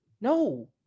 No